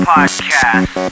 Podcast